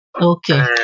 okay